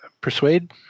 Persuade